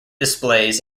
displays